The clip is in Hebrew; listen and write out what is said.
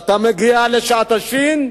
כשאתה מגיע לשעת השין,